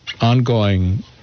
ongoing